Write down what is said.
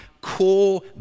core